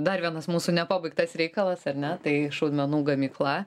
dar vienas mūsų nepabaigtas reikalas ar ne tai šaudmenų gamykla